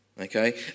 Okay